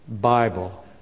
Bible